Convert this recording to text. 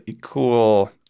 cool